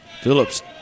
Phillips